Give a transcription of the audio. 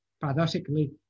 paradoxically